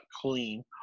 clean